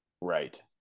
Right